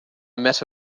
met